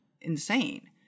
insane